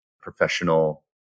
professional